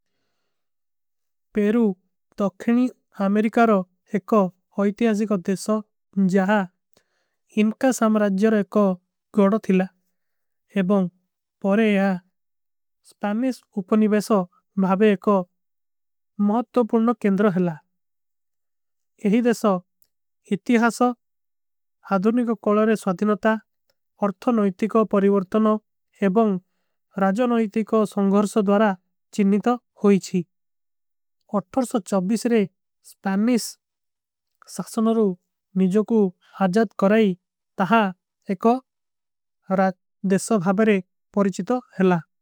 ପେରୁ ତକ୍ଷିନୀ ଅମେରିକାରୋ ଏକ ହୋଯତିଯାଜୀକ ଦେଶୋ ଜହା। ଇନକା ସାମରାଜ୍ଜର ଏକ ଗଡୋ ଥିଲା ଏବଂଗ ପରେ ଯା ସ୍ପାମିସ। ଉପନିଵେଶୋ ଭାଵେ ଏକ ମହତ୍ଵ ପୁର୍ଣୋ କେଂଡ୍ରୋ ହିଲା ଯହୀ ଦେଶୋ। ଇତିହାସ ଅଧୁନିକ କୋଲରେ ସ୍ଵାତିନତା ଅର୍ଥା ନଯିତି କୋ। ପରିଵର୍ଥନୋ ଏବଂଗ ରାଜନ ନଯିତି କୋ ସଂଗର୍ଷୋ ଦ୍ଵାରା ଚିନନିତ। ହୋଈଚୀ ଅଠର ସୋ ଚବିଷରେ ସ୍ପାମିସ ସକ୍ଷନୋରୋ ନିଜୋ କୁ। ଆଜାଦ କରାଈ ତହା ଏକ ରାଜ ଦେଶୋ ଭାଵେ ରେ ପରିଚିତୋ ହିଲା।